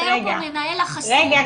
אומר פה מנהל החסות --- רגע,